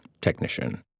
technician